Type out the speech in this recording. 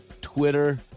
twitter